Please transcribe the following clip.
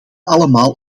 allemaal